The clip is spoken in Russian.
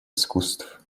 искусств